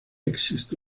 existe